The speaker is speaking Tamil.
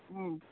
ம்